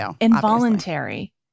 involuntary